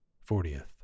Fortieth